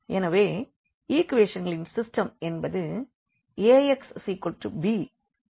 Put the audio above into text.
எனவே ஈக்குவேஷன்களின் சிஸ்டெம் என்பது Ax b என்ற ஃபார்ம் ஆகும்